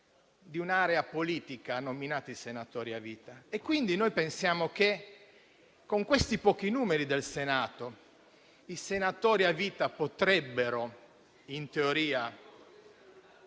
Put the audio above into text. di un'area politica nominati senatori a vita. Quindi pensiamo che, con questi pochi numeri del Senato, i senatori a vita potrebbero in teoria